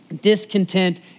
discontent